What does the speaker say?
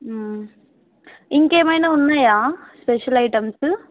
ఇంకేమైనా ఉన్నాయా special items